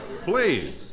Please